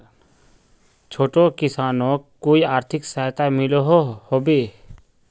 छोटो किसानोक कोई आर्थिक सहायता मिलोहो होबे?